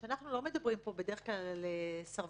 שאנחנו לא מדברים פה בדרך כלל על סרבני